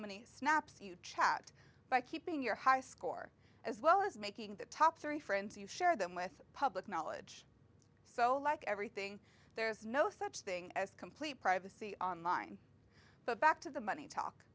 many snaps you chat by keeping your high score as well as making the top three friends you share them with public knowledge so like everything there's no such thing as complete privacy online but back to the money talk